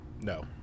No